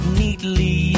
neatly